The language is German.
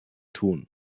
tun